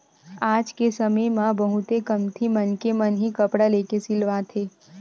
आज के समे म बहुते कमती मनखे मन ही कपड़ा लेके सिलवाथे